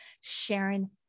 Sharon